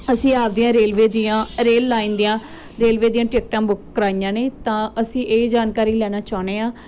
ਅਸੀਂ ਆਪਦੀਆਂ ਰੇਲਵੇ ਦੀਆਂ ਰੇਲ ਲਾਈਨ ਦੀਆਂ ਰੇਲਵੇ ਦੀਆਂ ਟਿਕਟਾਂ ਬੁੱਕ ਕਰਵਾਈਆਂ ਨੇ ਤਾਂ ਅਸੀਂ ਇਹ ਜਾਣਕਾਰੀ ਲੈਣਾ ਚਾਹੁੰਦੇ ਹਾਂ